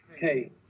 Hey